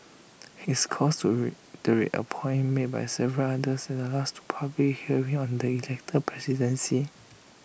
his calls reiterate A point made by several others at the last two public hearing on the elected presidency